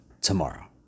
tomorrow